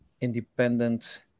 independent